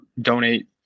donate